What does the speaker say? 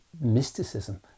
mysticism